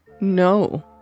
No